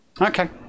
Okay